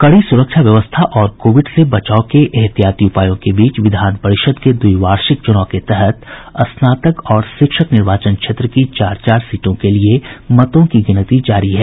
कड़ी सुरक्षा व्यवस्था और कोविड से बचाव के एहतियाती उपायों के बीच विधान परिषद के द्विवार्षिक चूनाव के तहत स्नातक और शिक्षक निर्वाचन क्षेत्र की चार चार सीटों के लिये मतों की गिनती जारी है